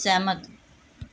ਸਹਿਮਤ